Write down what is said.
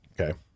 okay